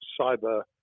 cyber